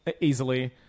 Easily